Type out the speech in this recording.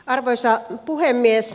arvoisa puhemies